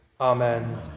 Amen